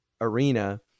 arena